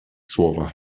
słowa